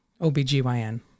OBGYN